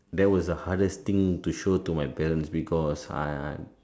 that was the hardest thing to show to my parents because I